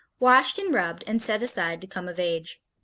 washed and rubbed and set aside to come of age.